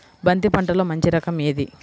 బంతి పంటలో మంచి రకం ఏది?